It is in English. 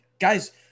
guys